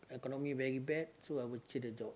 economy very bad so I will change the job